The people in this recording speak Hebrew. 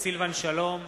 סילבן שלום,